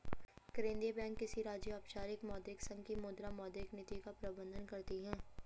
केंद्रीय बैंक किसी राज्य, औपचारिक मौद्रिक संघ की मुद्रा, मौद्रिक नीति का प्रबन्धन करती है